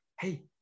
Hey